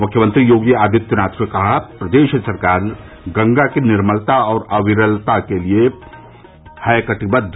मुख्यमंत्री योगी आदित्यनाथ ने कहा प्रदेष सरकार गंगा की निर्मलता और अविरलता के प्रति है कटिबद्ध